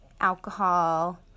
alcohol